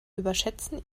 überschätzen